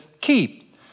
keep